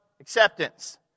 acceptance